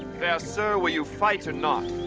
yeah sir, will you fight or not?